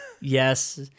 Yes